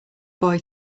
boy